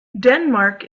denmark